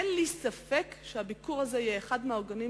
אין לי ספק שהביקור הזה יהיה אחד מהעוגנים